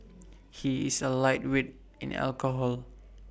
he is A lightweight in alcohol